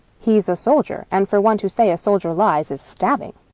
he's a soldier and for one to say a soldier lies is stabbing.